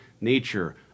nature